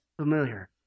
familiar